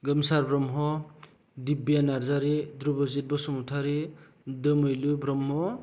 गोमसार ब्रह्म दिब्बिया नार्जारी द्रुबजिट बुसुमतारी दोमैलु ब्रह्म